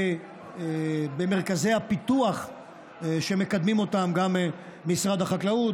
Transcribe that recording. במרכזי הפיתוח שמקדמים גם משרד החקלאות,